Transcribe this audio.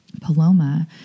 paloma